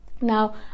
Now